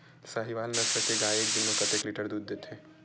साहीवल नस्ल गाय एक दिन म कतेक लीटर दूध देथे?